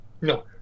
No